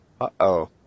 Uh-oh